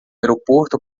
aeroporto